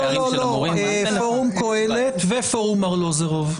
פורום קהלת ופורום ארלוזורוב,